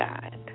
God